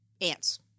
Ants